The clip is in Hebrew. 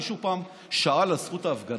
מישהו פעם שאל על זכות ההפגנה?